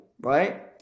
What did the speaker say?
Right